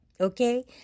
okay